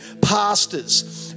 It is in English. pastors